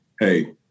hey